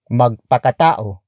magpakatao